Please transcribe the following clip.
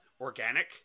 organic